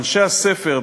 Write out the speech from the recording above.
אנשי הספר,